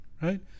right